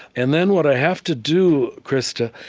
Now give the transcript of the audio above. and then what i have to do, krista,